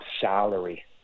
salary